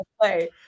play